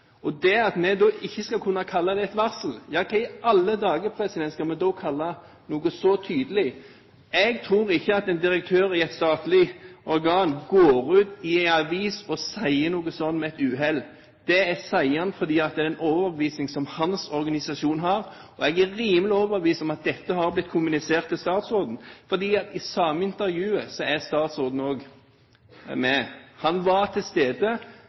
med utslippstillatelsen. Når vi ikke skal kunne kalle det et varsel, hva i alle dager skal vi da kalle noe så tydelig? Jeg tror ikke at en direktør i et statlig organ går ut i en avis og sier noe sånt ved et uhell. Dette sier han fordi det er en overbevisning som hans organisasjon har. Jeg er rimelig overbevist om at dette har blitt kommunisert til statsråden, for i samme intervjuet er statsråden også med. Han var til stede.